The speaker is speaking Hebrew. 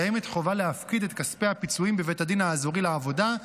קיימת חובה להפקיד את כספי הפיצויים בבית הדין האזורי לעבודה,